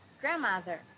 grandmother